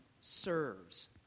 serves